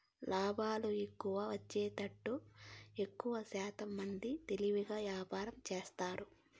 లాభాలు ఎక్కువ వచ్చేతట్టు ఎక్కువశాతం మంది తెలివిగా వ్యాపారం చేస్తారు